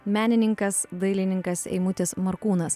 menininkas dailininkas eimutis markūnas